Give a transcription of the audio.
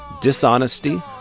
Dishonesty